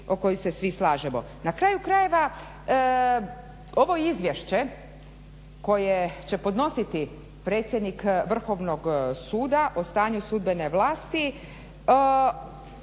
Na kraju krajeva ovo izvješće koje će podnositi predsjednik Vrhovnog suda o stanju sudbene vlasti,